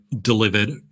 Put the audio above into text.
delivered